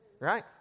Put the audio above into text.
Right